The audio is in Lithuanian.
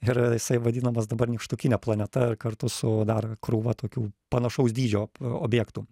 ir jisai vadinamas dabar nykštukine planeta ir kartu su dar krūva tokių panašaus dydžio objektų